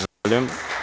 Zahvaljujem.